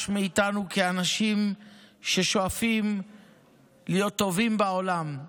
מאיתנו כאנשים ששואפים להיות טובים בעולם.